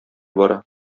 бара